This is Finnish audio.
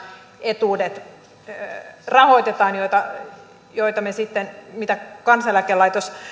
etuudet joita joita kansaneläkelaitos